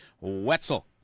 Wetzel